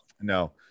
no